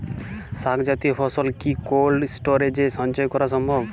শাক জাতীয় ফসল কি কোল্ড স্টোরেজে সঞ্চয় করা সম্ভব?